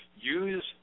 use